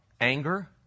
Anger